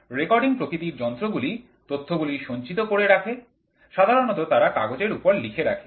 recording প্রকৃতির যন্ত্রগুলি তথ্যগুলি সঞ্চিত করে রাখে সাধারণত তারা কাগজের উপর লিখে রাখে